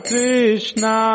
Krishna